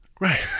Right